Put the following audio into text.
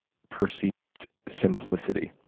perceived simplicity.